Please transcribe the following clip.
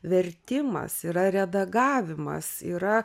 vertimas yra redagavimas yra